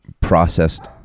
processed